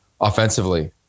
Offensively